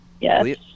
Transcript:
yes